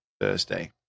Thursday